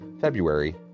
February